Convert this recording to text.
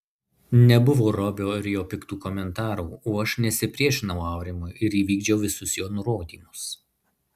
nebuvo robio ir jo piktų komentarų o aš nesipriešinau aurimui ir vykdžiau visus jo nurodymus